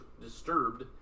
disturbed